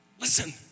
Listen